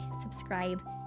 subscribe